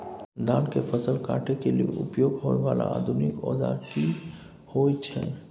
धान के फसल काटय के लिए उपयोग होय वाला आधुनिक औजार की होय छै?